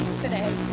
today